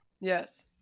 Yes